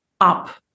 up